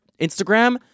Instagram